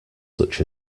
such